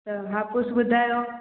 त हापुस ॿुधायो